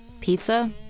Pizza